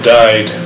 died